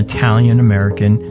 Italian-American